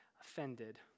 offended